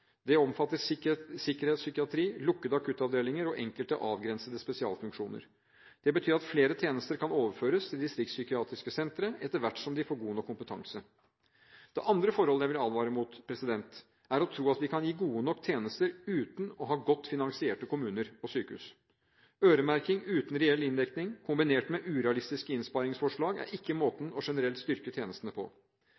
Det omfatter sikkerhetspsykiatri, lukkede akuttavdelinger og enkelte avgrensede spesialfunksjoner. Det betyr at flere tjenester kan overføres til distriktspsykiatriske sentre etter hvert som de får god nok kompetanse. Det andre forholdet jeg vil advare mot, er å tro at vi kan gi gode nok tjenester uten ha godt finansierte kommuner og sykehus. Øremerking uten reell inndekning, kombinert med urealistiske innsparingsforslag er ikke måten